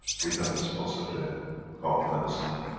we have sponsored the conference and.